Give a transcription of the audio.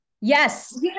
Yes